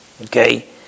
Okay